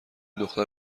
دختر